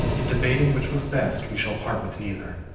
in debating which was best, we shall part with neither.